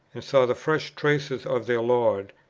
and saw the fresh traces of their lord,